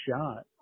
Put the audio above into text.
shot